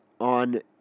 on